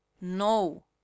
no